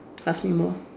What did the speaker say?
ask me more